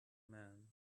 man